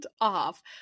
off